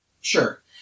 sure